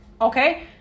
okay